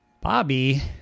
Bobby